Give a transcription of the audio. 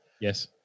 Yes